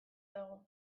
dago